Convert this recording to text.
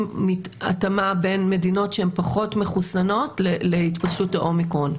התאמה בין מדינות שהן פחות מחוסנות להתפשטות האומיקרון?